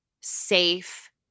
safe